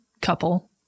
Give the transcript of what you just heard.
couple